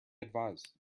advise